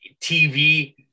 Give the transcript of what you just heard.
TV